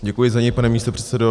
Děkuji za něj, pane místopředsedo.